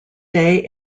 day